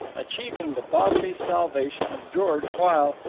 achieving the bodily salvation of george while,